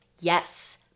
Yes